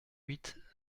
huit